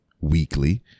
weekly